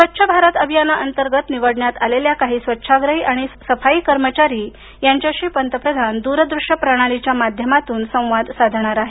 स्वच्छ भारत अभियाना अंतर्गत निवडण्यात आलेल्या काही स्वच्छाग्रही आणि सफाई कर्मचारी यांच्याशी पंतप्रधान दूर दृश्य प्रणालीच्या माध्यमातून संवाद साधणार आहेत